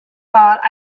thought